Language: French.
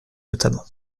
notamment